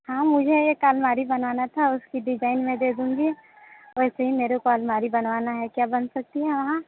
हाँ मुझे एक अलमारी बनाना था उसकी डिज़ाइन मैं दे दूँगी और सेम मेरे को अलमारी बनवाना है क्या बन सकती है वहाँ